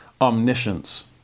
omniscience